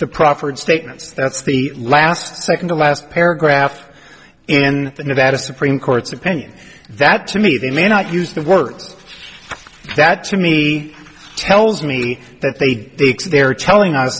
the proffered statements that's the last second to last paragraph in the nevada supreme court's opinion that to me they may not use the word that to me tells me that they thinks they're telling us